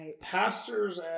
pastors